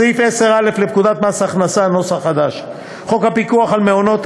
61. סעיף 10(א) לפקודת מס הכנסה ; 62. חוק הפיקוח על המעונות,